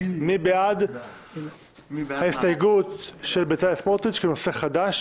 מי שבעד ההסתייגות של בצלאל סמוטריץ' כנושא חדש,